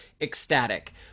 ecstatic